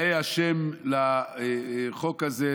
ויאה השם לחוק הזה,